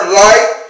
light